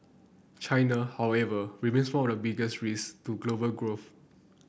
China however remains one of the biggest risks to global growth